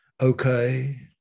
okay